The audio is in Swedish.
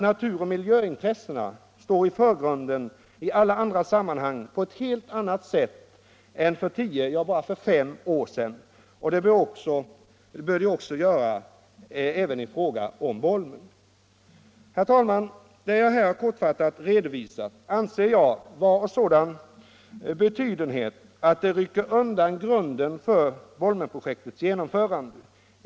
Naturoch miljöintressena står i förgrunden i alla andra sammanhang på ett helt annat sätt än för tio, ja, bara för fem år sedan, och det bör de göra även i fråga om Bolmen. Herr talman! Vad jag här kortfattat redovisat anser jag vara av sådan betydenhet att det rycker undan grunden för Bolmenprojektets genomförande.